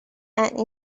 and